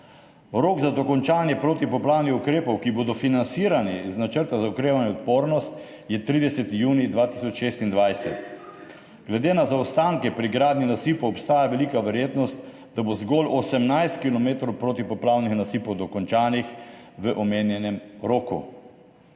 Rok za dokončanje protipoplavnih ukrepov, ki bodo financirani iz Načrta za okrevanje in odpornost, je 30. junij 2026. Glede na zaostanke pri gradnji nasipov obstaja velika verjetnost, da bo zgolj 18 kilometrov protipoplavnih nasipov dokončanih v omenjenem roku.